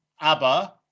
ABBA